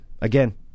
again